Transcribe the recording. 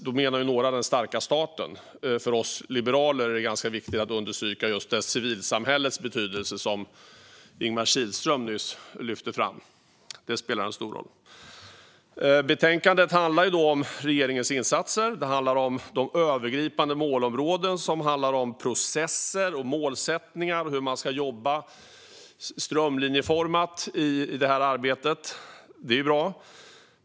Några menar då den starka staten, men för oss liberaler är det viktigt att understryka just civilsamhällets betydelse, som Ingemar Kihlström nyss lyfte fram. Det spelar en stor roll. Betänkandet handlar om regeringens insatser. Det handlar om de övergripande målområden som gäller processer och målsättningar och hur man ska jobba strömlinjeformat i det här arbetet. Det är bra.